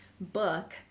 book